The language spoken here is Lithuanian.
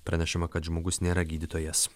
pranešama kad žmogus nėra gydytojas